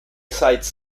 cites